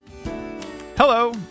Hello